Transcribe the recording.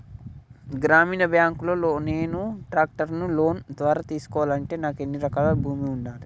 గ్రామీణ బ్యాంక్ లో నేను ట్రాక్టర్ను లోన్ ద్వారా తీసుకోవాలంటే నాకు ఎన్ని ఎకరాల భూమి ఉండాలే?